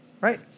Right